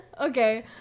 okay